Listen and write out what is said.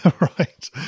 Right